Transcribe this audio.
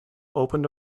opened